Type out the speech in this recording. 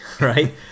right